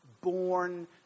born